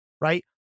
right